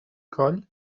coll